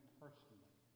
personally